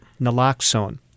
naloxone